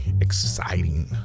exciting